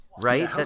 Right